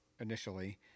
initially